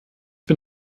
bin